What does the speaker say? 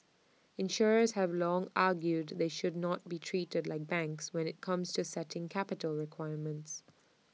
insurers have long argued they should not be treated like banks when IT comes to setting capital requirements